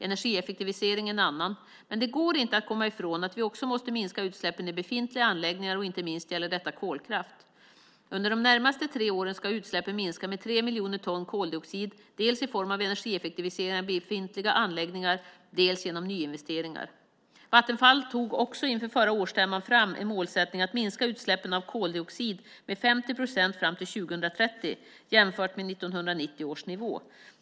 Energieffektivisering är en annan. Men det går inte att komma ifrån att vi också måste minska utsläppen i befintliga anläggningar, och inte minst gäller detta kolkraft. Under de närmaste tre åren ska utsläppen minska med 3 miljoner ton koldioxid dels i form av energieffektiviseringar i befintliga anläggningar, dels genom nyinvesteringar. Vattenfall tog också inför förra årsstämman fram en målsättning att minska utsläppen av koldioxid med 50 procent fram till 2030 jämfört med 1990 års nivå.